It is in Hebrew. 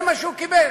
זה מה שהוא קיבל.